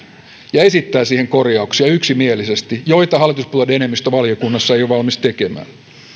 ja esittää siihen yksimielisesti korjauksia joita hallituspuolueiden enemmistö valiokunnassa ei ole valmis tekemään